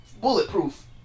bulletproof